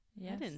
yes